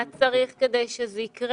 מה צריך כדי שזה יקרה?